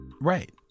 Right